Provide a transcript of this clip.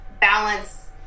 balance